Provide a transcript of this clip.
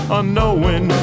Unknowing